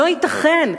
לא ייתכן,